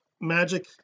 magic